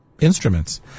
Instruments